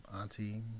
Auntie